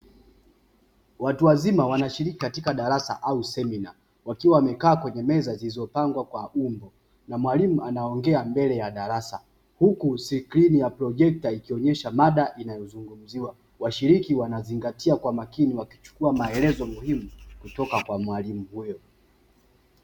Watu wazima wanashiriki katika darasa au semina, wakiwa wamekaa kwenye meza zilizopangwa kwa umbo, na mwalimu anaongea mbele ya darasa. Huku skrini ya projekta ikionyesha mada inayozungumziwa. Washiriki wanazingatia kwa makini wakichukua maelezo muhimu kutoka kwa mwalimu huyo.